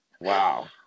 wow